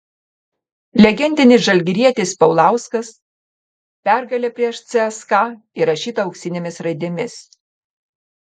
legendinis žalgirietis paulauskas pergalė prieš cska įrašyta auksinėmis raidėmis